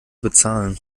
bezahlen